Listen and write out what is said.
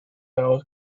our